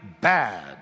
bad